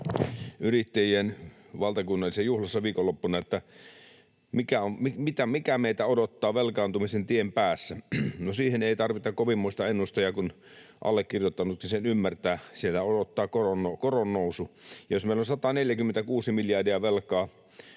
yrittäjien valtakunnallisessa juhlassa viikonloppuna siitä, mikä meitä odottaa velkaantumisen tien päässä. No, siihen ei tarvita kovinmoista ennustajaa, kun allekirjoittanutkin sen ymmärtää: siellä odottaa koron nousu. Jos meillä on 146 miljardia velkaa